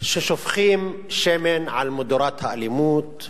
ששופכים שמן על מדורת האלימות,